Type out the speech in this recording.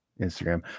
Instagram